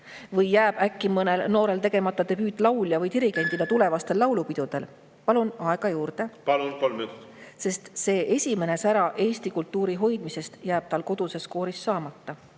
või mõnel noorel tegemata laulja või dirigendi debüüt tulevastel laulupidudel? Palun aega juurde. Palun, kolm minutit! Sest see esimene sära eesti kultuuri hoidmisest jääb tal koduses kooris saamata.